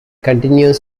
continues